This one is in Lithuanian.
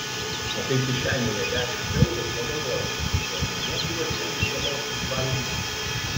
o kai kišenėje dešimt eurų pagalvosi gal namie burokėlių salotų suvalgysiu